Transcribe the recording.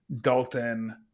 Dalton